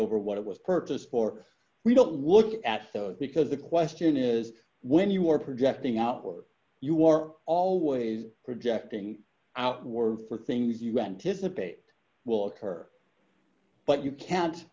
over what it was purchased for we don't look at because the question is when you are projecting out where you are always projecting out word for things you anticipate will occur but you can't